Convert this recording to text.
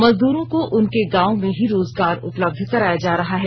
मजदूरों को उनके गांव में ही रोजगार उपलब्ध कराया जा रहा है